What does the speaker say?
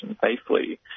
safely